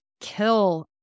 kill